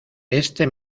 este